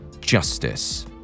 justice